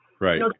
Right